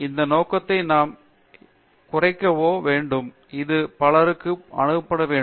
இந்த நோக்கத்தை நாம் ஏற்றவோ குறைக்கவோ வேண்டும் அது பலருக்கு அணுகப்பட வேண்டும்